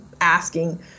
asking